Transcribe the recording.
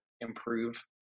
improve